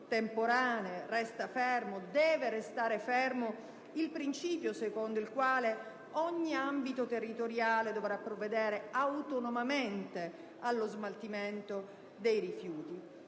temporanee; resta fermo, e deve restare fermo, il principio secondo il quale ogni ambito territoriale dovrà provvedere autonomamente allo smaltimento dei rifiuti.